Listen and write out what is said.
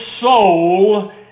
soul